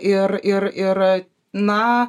ir ir ir na